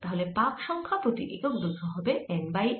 তাহলে পাক সংখ্যা প্রতি একক দৈর্ঘ হবে N বাই L